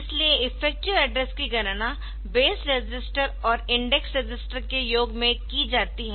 इसलिए effective address की गणना बेस रजिस्टर और इंडेक्स रजिस्टर के योग में की जाती है